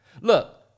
Look